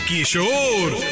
Kishore